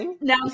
now